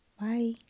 Bye